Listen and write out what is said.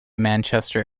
manchester